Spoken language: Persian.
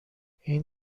این